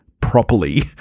properly